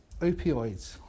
opioids